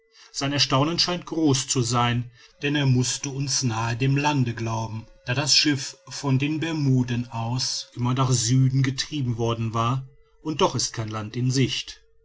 sein erstaunen scheint groß zu sein denn er mußte uns nahe dem lande glauben da das schiff von den bermuden aus immer nach süden getrieben worden war und doch ist kein land in sicht